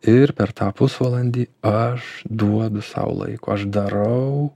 ir per tą pusvalandį aš duodu sau laiko aš darau